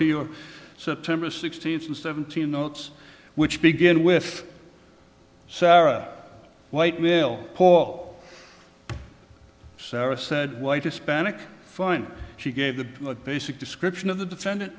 to your september sixteenth and seventeenth notes which begin with sara white male paul sarah said white hispanic fine she gave the basic description of the defendant